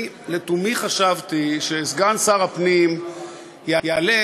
אני לתומי חשבתי שסגן שר הפנים יעלה